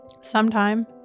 Sometime